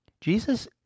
Jesus